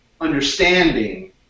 understanding